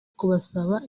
kubasaba